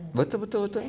betul betul betul